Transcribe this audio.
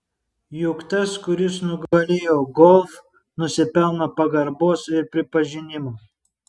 juk tas kuris nugalėjo golf nusipelno pagarbos ir pripažinimo